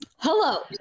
Hello